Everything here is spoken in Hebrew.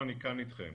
אני כאן אתכם.